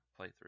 playthrough